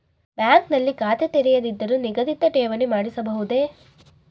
Bank ನಲ್ಲಿ ಖಾತೆ ತೆರೆಯದಿದ್ದರೂ ನಿಗದಿತ ಠೇವಣಿ ಮಾಡಿಸಬಹುದೇ?